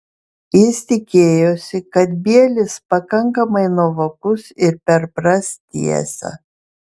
jis tikėjosi kad bielis pakankamai nuovokus ir perpras tiesą